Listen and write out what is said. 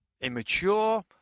immature